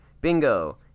bingo